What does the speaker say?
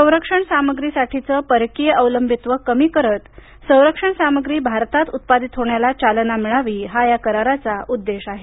संरक्षण सामग्री साठीचं परकीय अवलंबित्व कमी करत संरक्षण सामग्री भारतात उत्पादित होण्याला चालना मिळावी हा या कराराचा उद्देश आहे